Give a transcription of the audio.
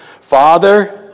Father